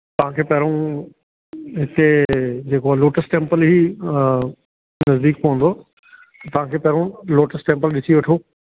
तव्हांखे पहिरियों हिते जेको आ लोटस टैंपल ई अ नज़दीक पवंदो तव्हांखे पहिरियों लोटस टैंपल ॾिसी वठो